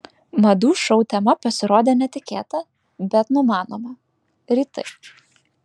madų šou tema pasirodė netikėta bet numanoma rytai